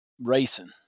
racing